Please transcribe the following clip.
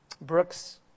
Brooks